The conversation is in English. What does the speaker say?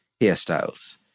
hairstyles